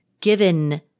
given